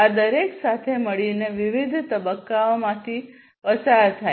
આ દરેક સાથે મળીને વિવિધ તબક્કાઓમાંથી પસાર થાય છે